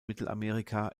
mittelamerika